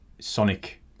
sonic